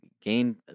gain